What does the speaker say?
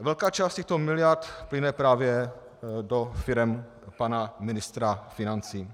Velká část těchto miliard plyne právě do firem pana ministra financí.